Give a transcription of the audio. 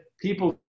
people